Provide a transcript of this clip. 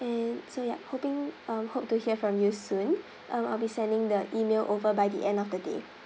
and so yup hoping um hope to hear from you soon uh I'll be sending the email over by the end of the day